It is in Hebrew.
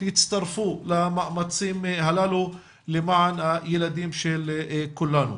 יצטרפו למאמצים הללו למען הילדים של כולנו.